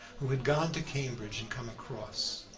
who had gone to cambridge and come across.